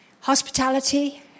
Hospitality